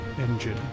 Engine